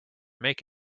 make